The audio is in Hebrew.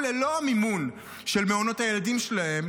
ללא המימון של מעונות הילדים שלהן,